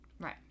Right